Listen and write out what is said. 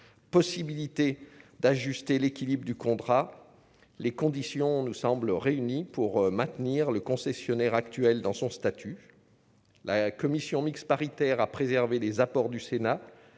possibilité d'ajuster l'équilibre du contrat, les conditions nous semblent réunies pour maintenir le concessionnaire actuel dans son statut, la commission mixte paritaire à préserver les apports du Sénat,